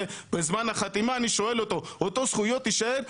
ובזמן החתימה שאלתי אותו אם אותן זכויות יישארו,